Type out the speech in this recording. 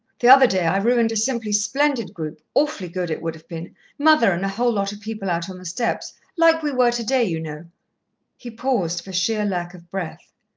the other day i ruined a simply splendid group awfully good, it would have been mother and a whole lot of people out on the steps like we were today, you know he paused for sheer lack of breath.